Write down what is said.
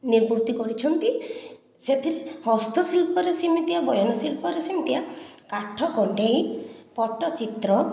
ନିବୃତ୍ତି କରିଛନ୍ତି ସେଥିରେ ହସ୍ତଶିଳ୍ପରେ ସେମିତି ବୟନଶିଳ୍ପରେ ସେମିତି କାଠକଣ୍ଡେଇ ପଟ୍ଟଚିତ୍ର